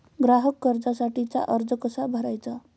ग्राहक कर्जासाठीचा अर्ज कसा भरायचा?